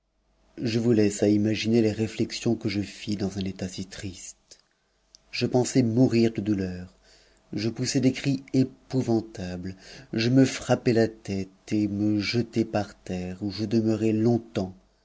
je vous laisse à imaginer les réflexions que je fis dans un état si triste je pensai mourir de douleur je poussai des cris épouvantables je me frappai la tête et me jetai par terre où je demeurai longtemps